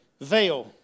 veil